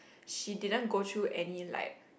she didn't go through any like